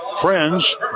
friends